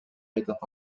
айтат